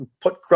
put